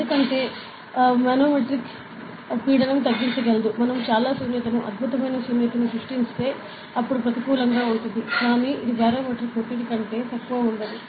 ఎందుకంటే manometric pressure తగ్గించగలదు మనం చాలా వాక్యూమ్ ను అద్భుతమైన వాక్యూమ్ ను సృష్టిస్తే అప్పుడు నెగటివ్ గా ఉంటుంది కానీ ఇది బారోమెట్రిక్ ఒత్తిడి కంటే తక్కువ ఉండదు